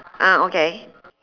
ah okay